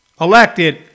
elected